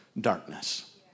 darkness